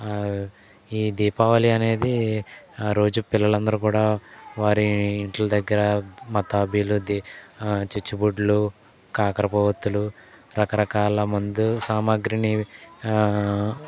ఈ దీపావళి అనేది రోజు పిల్లలందరూ కూడా వారి ఇంట్ల దగ్గర మతాబిలు ది చిచ్చుబుడ్లు కాకరపూవత్తులు రకరకాల మందు సామాగ్రిని